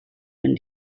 wenn